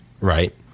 Right